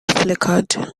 flickered